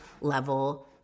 level